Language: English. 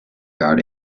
guard